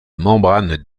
membranes